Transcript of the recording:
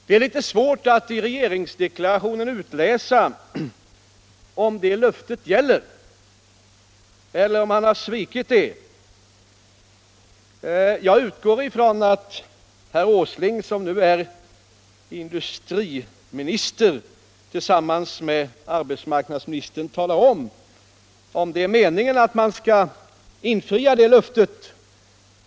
Det är litet svårt att i regeringsdeklarationen utläsa om det löftet gäller eller om man har svikit det. Jag utgår från att herr Åsling, som nu är industriminister, tillsammans med arbetsmarknadsministern talar om ifall det är meningen att man skall infria det löftet.